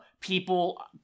People